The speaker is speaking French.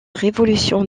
révolution